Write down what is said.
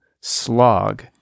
slog